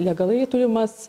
legalai turimas